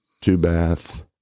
two-bath